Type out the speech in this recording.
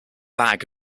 bag